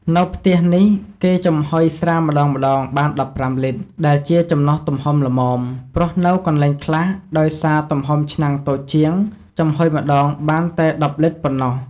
នៅផ្ទះនេះគេចំហុយស្រាម្តងៗបាន១៥លីត្រ ដែលជាចំណុះទំហំល្មម ព្រោះនៅកន្លែងខ្លះ ដោយសារទំហំឆ្នាំងតូចជាង ចំហុយម្តងបានតែ១០លីត្រប៉ុណ្ណោះ។